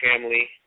family